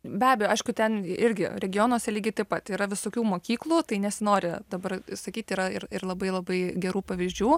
be abejo aišku ten irgi regionuose lygiai taip pat yra visokių mokyklų tai nesinori dabar sakyt yra ir ir labai labai gerų pavyzdžių